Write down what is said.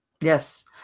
yes